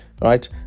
right